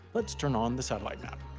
let's turn on the satellite map.